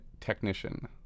technician